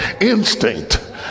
instinct